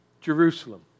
Jerusalem